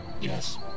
Yes